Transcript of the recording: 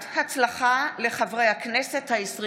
הם לא יכולים להיות כאן, צאו